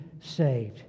saved